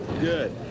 Good